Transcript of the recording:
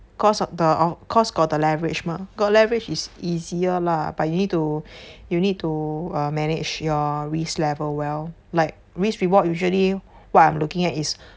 cause of the cause got the leverage mah got leverage is easier lah but you need to you need to err manage your risk level well like risk reward usually what I'm looking at is